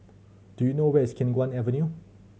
do you know where is Khiang Guan Avenue